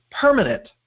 permanent